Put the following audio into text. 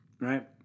right